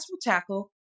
tackle